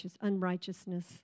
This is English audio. unrighteousness